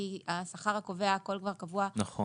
כי השכר הקובע הכל כבר קבוע כסכומים.